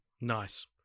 Nice